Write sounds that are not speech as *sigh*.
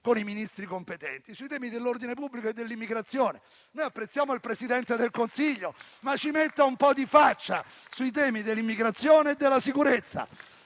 con i Ministri competenti sui temi dell'ordine pubblico e dell'immigrazione. *applause* Noi apprezziamo il Presidente del Consiglio, ma ci metta un po' di faccia sui temi dell'immigrazione e della sicurezza.